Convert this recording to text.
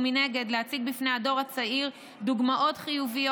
ומנגד להציג בפני הדור הצעיר דוגמאות חיוביות